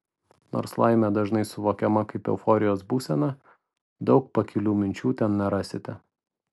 nors laimė dažnai suvokiama kaip euforijos būsena daug pakilių minčių ten nerasite